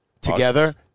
Together